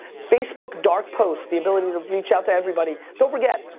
facebook dark posts the ability to reach out to everybody. don't forget,